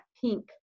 pink